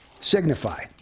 signify